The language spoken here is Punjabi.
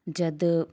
ਜਦੋਂ